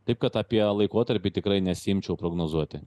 taip kad apie laikotarpį tikrai nesiimčiau prognozuoti